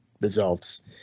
results